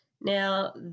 Now